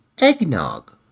eggnog